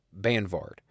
Banvard